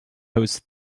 hosts